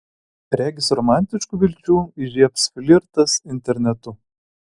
regis romantiškų vilčių įžiebs flirtas internetu